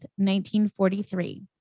1943